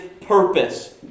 purpose